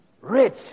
Rich